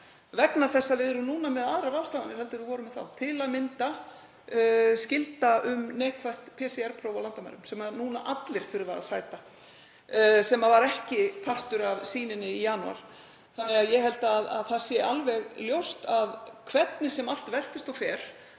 vegna þess að við erum núna með aðrar ráðstafanir en við vorum með þá, til að mynda skyldu um neikvætt PCR-próf á landamærunum sem núna allir þurfa að sæta, sem var ekki partur af sýninni í janúar. Ég held því að það sé alveg ljóst að hvernig sem allt veltist og fer